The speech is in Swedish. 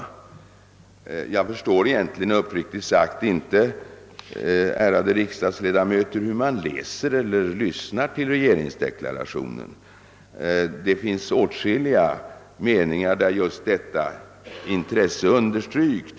Jag förstår uppriktigt sagt, ärade riksdagsledamöter, inte hur man lyssnar till en regeringsdeklaration. Det finns åtskilliga meningar i regeringsdeklarationen där just detta intresse underströks.